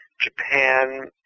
Japan